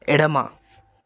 ఎడమ